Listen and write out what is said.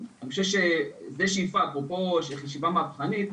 אני חושב שזו שאיפה, אפרופו חשיבה מהפכנית,